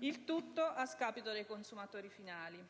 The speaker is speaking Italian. il tutto a scapito dei consumatori finali.